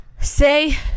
say